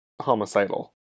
homicidal